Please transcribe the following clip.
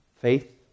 Faith